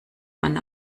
man